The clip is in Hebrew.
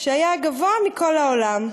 שהיה הגבוה מכל העולם,